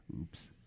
Oops